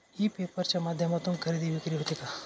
E paper च्या माध्यमातून खरेदी विक्री होते का?